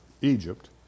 Egypt